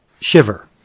Shiver